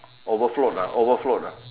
overflowed ah overflowed ah